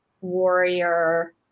warrior